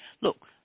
Look